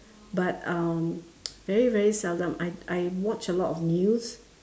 but um very very seldom I I watch a lot of news